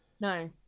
No